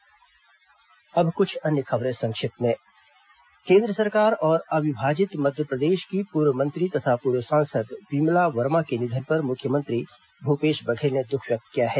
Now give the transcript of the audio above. संक्षिप्त समाचार अब कुछ अन्य खबरें संक्षिप्त में केंद्र सरकार और अविभाजित मध्यप्रदेश की पूर्व मंत्री तथा पूर्व सांसद विमला वर्मा के निधन पर मुख्यमंत्री भूपेश बघेल ने पर दुखः व्यक्त किया है